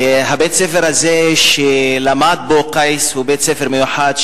בית-הספר הזה שלמד בו קייס הוא בית-ספר מיוחד,